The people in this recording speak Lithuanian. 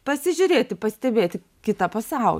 pasižiūrėti pastebėti kitą pasaulį